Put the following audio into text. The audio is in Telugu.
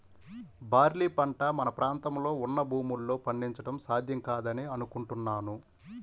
బార్లీ పంట మన ప్రాంతంలో ఉన్న భూముల్లో పండించడం సాధ్యం కాదని అనుకుంటున్నాను